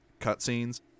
cutscenes